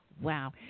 Wow